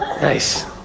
Nice